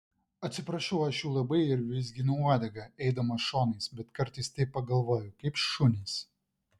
atsiprašau aš jų labai ir vizginu uodegą eidamas šonais bet kartais taip pagalvoju kaip šunys